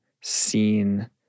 seen—